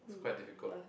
quite difficult